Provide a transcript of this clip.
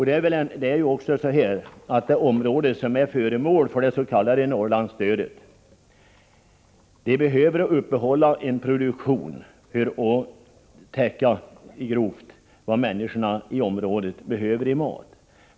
Det område som är föremål för det s.k. Norrlandsstödet behöver upprätthålla en produktion för att grovt täcka människornas behov av mat.